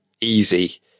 easy